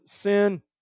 sin